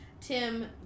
Tim